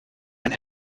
line